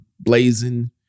blazing